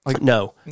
No